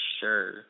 sure